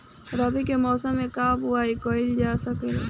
रवि के मौसम में का बोआई कईल जा सकत बा?